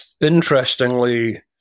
Interestingly